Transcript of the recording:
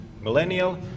millennial